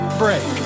break